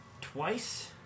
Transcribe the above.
twice